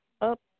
up